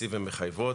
הנציב מחייבות,